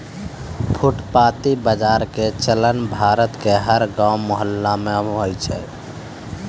फुटपाती बाजार के चलन भारत के हर गांव मुहल्ला मॅ छै